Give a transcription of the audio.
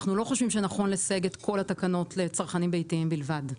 אנחנו לא חושבים שנכון לסייג את כל התקנות לצרכנים ביתיים בלבד.